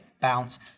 bounce